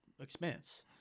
expense